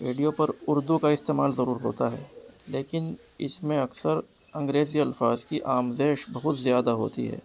radio پر اردو کا استعمال ضرور ہوتا ہے لیکن اس میں اکثر انگریزی الفاظ کی آمیزش بہت زیادہ ہوتی ہے